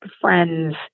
friends